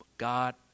God